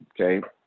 okay